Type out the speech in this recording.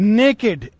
naked